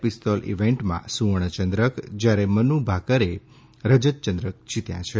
pistol ઈવેન્ટમાં સુવર્ણચંદ્રક જ્યારે મનુ ભાકરે રજતચંદ્રક જીત્યા છે